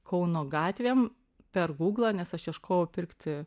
kauno gatvėm per guglą nes aš ieškojau pirkti